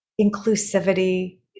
inclusivity